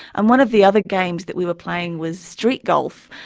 and one of the other games that we were playing was street golf,